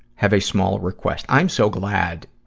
have a small request. i'm so glad,